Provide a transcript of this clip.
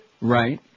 Right